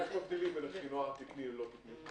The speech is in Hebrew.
איך מבחינים בין רכינוע תקני ללא תקני?